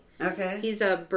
Okay